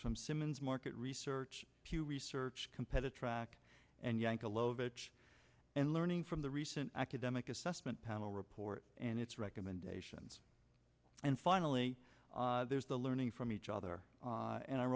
from simmons market research pew research competitor rack and yank a low bitch and learning from the recent academic assessment panel report and its recommendations and finally there's the learning from each other and our